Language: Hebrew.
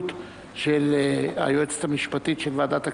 של היועצת המשפטית של ועדת הכספים.